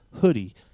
hoodie